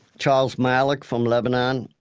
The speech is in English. charles malik from lebanon,